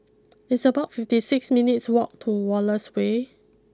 it's about fifty six minutes' walk to Wallace way